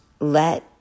let